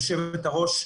יושבת-הראש,